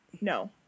No